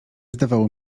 zdawało